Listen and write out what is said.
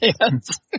hands